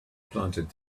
planted